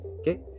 Okay